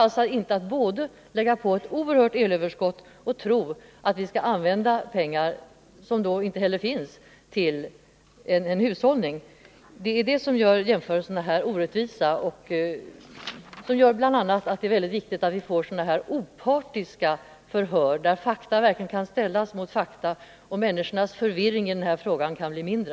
Det går inte att både producera ett oerhört elöverskott och tro att vi samtidigt skall kunna använda pengar — sådana medel kommer då inte heller att finnas — till energihushållning. Detta gör jämförelserna orättvisa, och det gör det viktigt att vi får opartiska förhör, där fakta kan ställas mot fakta, så att människors förvirring i den här frågan kan bli mindre.